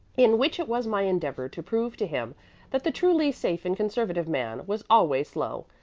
in which it was my endeavor to prove to him that the truly safe and conservative man was always slow,